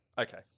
Okay